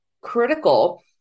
critical